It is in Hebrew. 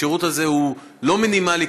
השירות הזה הוא לא מינימלי,